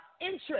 interest